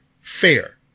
fair